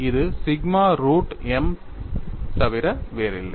இது sigma root m தவிர வேறில்லை